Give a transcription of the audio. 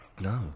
No